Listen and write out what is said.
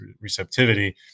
receptivity